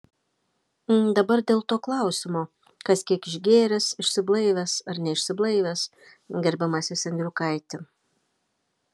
dabar dėl to klausimo kas kiek išgėręs išsiblaivęs ar neišsiblaivęs gerbiamasis endriukaiti